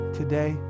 today